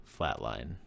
flatline